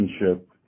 relationship